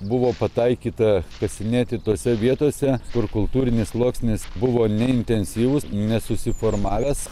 buvo pataikyta kasinėti tose vietose kur kultūrinis sluoksnis buvo neintensyvus nesusiformavęs